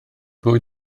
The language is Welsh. bwyd